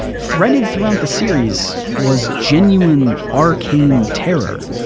threaded throughout the series was genuine arcane terror.